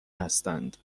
هستند